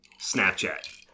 Snapchat